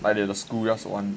like did the school just want